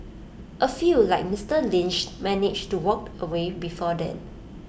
A few like Mister Lynch manage to walk away before then